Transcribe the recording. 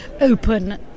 open